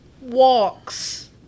walks –